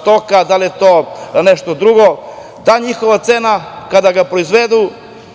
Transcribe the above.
stoka, da li je to nešto drugo, ta njihova cena kada ga proizvedu